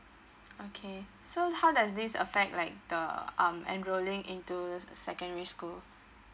okay so how does this affect like the um enrolling into a secondary school